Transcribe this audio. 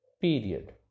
period